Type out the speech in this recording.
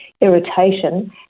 irritation